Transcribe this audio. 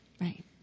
Right